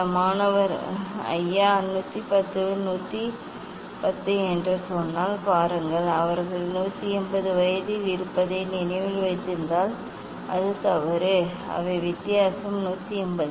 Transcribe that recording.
சில மாணவர் ஐயா 110 110 என்று சொன்னால் பாருங்கள் அவர்கள் 180 வயதில் இருப்பதை நினைவில் வைத்திருந்தால் அது தவறு அவை வித்தியாசம் 180